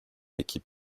équipe